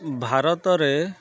ଭାରତରେ